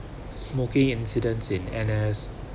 smoking incidents in N_S